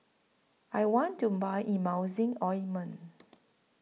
I want to Buy Emulsying Ointment